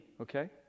okay